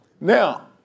Now